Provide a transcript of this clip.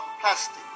plastic